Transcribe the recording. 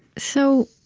so